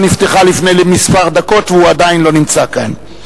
נפתחה לפני כמה דקות והוא עדיין לא נמצא כאן.